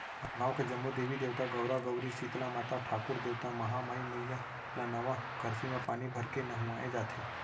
गाँव के जम्मो देवी देवता, गउरा गउरी, सीतला माता, ठाकुर देवता, महामाई मईया ल नवा करसी म पानी भरके नहुवाए जाथे